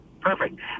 perfect